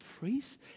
priests